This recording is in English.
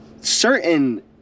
certain